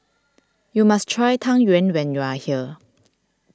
you must try Tang Yuen when you are here